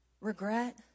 regret